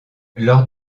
lors